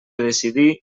decidir